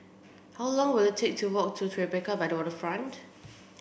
how long will it take to walk to Tribeca by the Waterfront